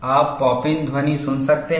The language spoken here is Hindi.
आप पॉप इन ध्वनि सुन सकते हैं